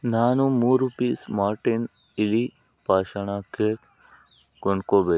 ನಾನು ಮೂರು piece Martin ಇಲಿ ಪಾಷಾಣ ಕೇಕ್ ಕೊಂಡ್ಕೊಬೆ